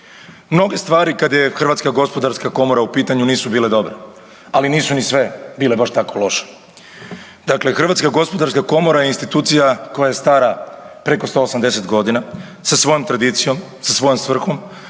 Mnoge stvari kad je HGK u pitanju nisu bile dobre, ali nisu ni sve bile baš tako loše. Dakle, HGK je institucija koja je stara preko 180.g. sa svojom tradicijom, sa svojom svrhom,